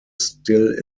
still